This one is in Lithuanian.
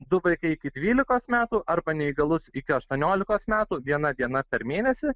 du vaikai iki dvylikos metų arba neįgalus iki aštuoniolikos metų viena diena per mėnesį